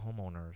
homeowners